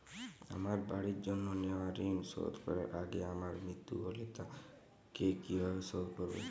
আমার বাড়ির জন্য নেওয়া ঋণ শোধ করার আগে আমার মৃত্যু হলে তা কে কিভাবে শোধ করবে?